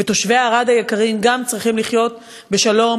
ותושבי ערד היקרים גם צריכים לחיות בשלום,